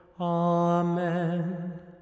Amen